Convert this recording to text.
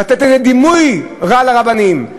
לתת איזה דימוי רע לרבנים,